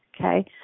Okay